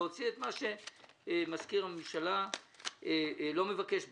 להוציא את מה שמזכיר הממשלה לא מבקש בכלל.